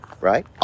Right